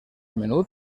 menut